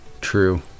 true